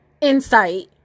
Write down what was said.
insight